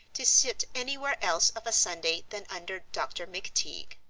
to sit anywhere else of a sunday than under dr. mcteague.